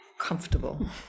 comfortable